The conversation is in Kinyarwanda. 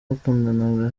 bakundanaga